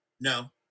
No